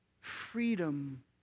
freedom